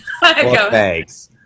Thanks